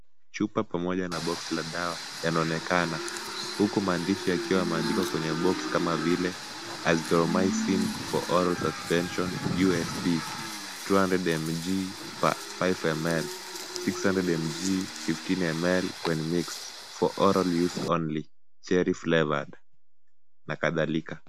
Chupa pamoja na box la dawa, yanonekana. Huku maandishi yakiwa yameandikwa kwenye box kama vile Azithromicine for oral suspension, USP, two hundred mg per five ml,six hundred mg, fifteen ml, when mixed. For oral use only. Cherry flavored. .Na kadhalika.